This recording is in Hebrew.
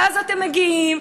ואז אתם מגיעים,